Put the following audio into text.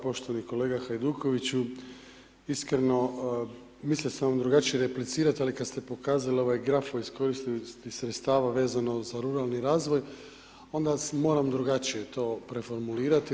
Poštovani kolega Hajdukoviću, iskreno, mislio sam vam drugačije replicirati, ali kad ste pokazali ovaj grafo iskoristivosti sredstava vezano za ruralni razvoj, onda vas moram drugačije to preformulirati.